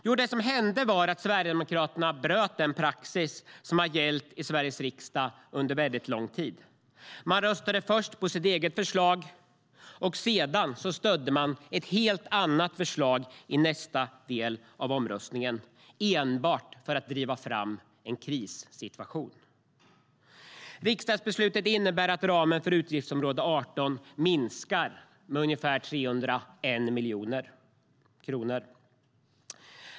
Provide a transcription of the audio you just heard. Jo, Sverigedemokraterna bröt den praxis som har gällt i Sveriges riksdag under väldigt lång tid. Man röstade först på sitt eget förslag. I nästa steg av omröstningen stödde man dock ett helt annat förslag - enbart för att driva fram en krissituation. Riksdagsbeslutet innebär att ramen för utgiftsområde 18 minskar med ungefär 301 miljoner kronor.